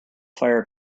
fire